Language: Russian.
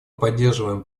поддерживаем